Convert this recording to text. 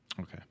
Okay